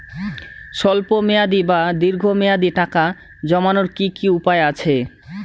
স্বল্প মেয়াদি বা দীর্ঘ মেয়াদি টাকা জমানোর কি কি উপায় আছে?